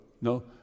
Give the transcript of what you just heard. no